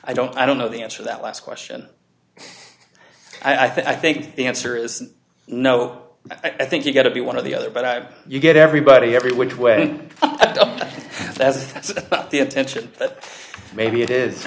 i don't i don't know the answer that last question i think the answer is no i think you've got to be one of the other but i bet you get everybody every which way has the attention that maybe it is